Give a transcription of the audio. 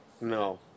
no